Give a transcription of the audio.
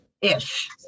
Ish